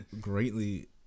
greatly